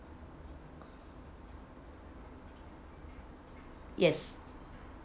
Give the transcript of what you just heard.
yes